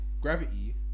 Gravity